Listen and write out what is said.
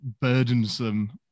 burdensome